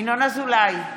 ינון אזולאי,